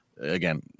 again